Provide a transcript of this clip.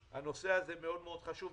הנושא הזה מאוד מאוד חשוב.